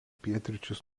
pietryčius